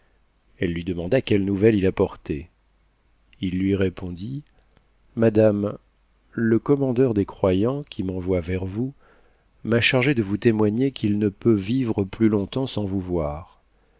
elle lui demanda quelle nouvelle il apportait m lui répondit madame le commandeur des croyants qui m'envoie vers vous m'a chargé de vous témoigner qu'il ne peut vivre plus longtemps sans vous voir